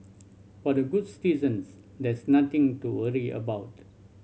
for the good citizens there is nothing to worry about